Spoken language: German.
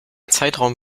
zeitraum